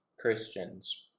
christians